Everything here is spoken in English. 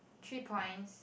three points